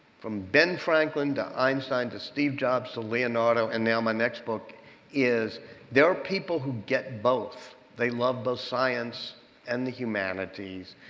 from ben franklin to einstein to steve jobs to leonardo and now my next book is there are people who get both. they love both science and the humanities.